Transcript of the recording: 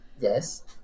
yes